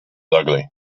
ugly